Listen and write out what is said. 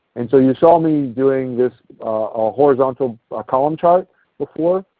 and so you saw me doing this ah horizontal column chart before,